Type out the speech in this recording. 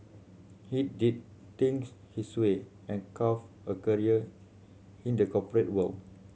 he did things his way and carved a career in the corporate world